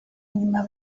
inyuma